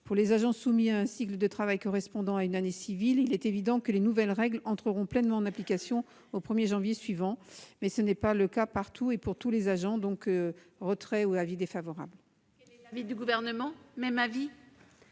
Pour les agents soumis à un cycle de travail correspondant à une année civile, il est évident que les nouvelles règles entreront pleinement en application au 1 janvier suivant, mais ce n'est pas le cas partout et pour tous les agents. La commission demande donc le retrait de cet amendement ;